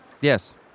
Yes